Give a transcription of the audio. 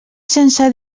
sense